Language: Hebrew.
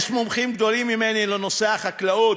יש מומחים גדולים ממני לנושא החקלאות.